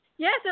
Yes